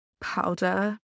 powder